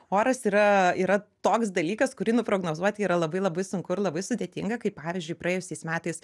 oras yra yra toks dalykas kurį nuprognozuoti yra labai labai sunku ir labai sudėtinga kaip pavyzdžiui praėjusiais metais